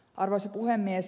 arvoisa puhemies